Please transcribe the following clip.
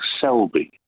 Selby